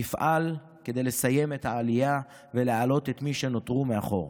נפעל כדי לסיים את העלייה ולהעלות את מי שנותרו מאחור.